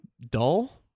dull